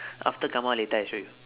after come out later I show you